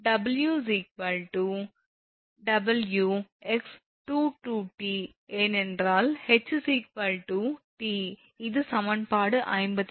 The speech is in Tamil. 𝑊𝑥22𝑇 ஏனென்றால் 𝐻 𝑇 இது சமன்பாடு 54